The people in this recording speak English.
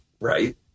right